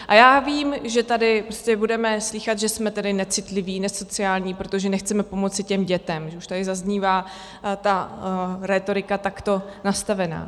A já vím, že tady prostě budeme slýchat, že jsme tedy necitliví, nesociální, protože nechceme pomoci těm dětem, že už tady zaznívá ta rétorika takto nastavená.